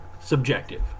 subjective